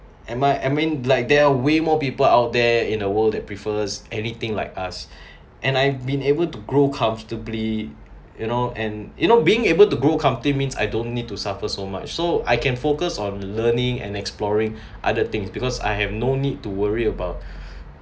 am I am I in black there are way more people out there in the world that prefers anything like us and I've been able to grow comfortably you know and you know being able to grow comfortably means I don't need to suffer so much so I can focus on learning and exploring other things because I have no need to worry about